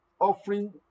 offering